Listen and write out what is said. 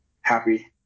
happy